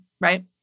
right